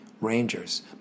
Rangers